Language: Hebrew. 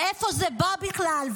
מאיפה זה בא בכלל?